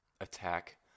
Attack